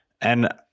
And-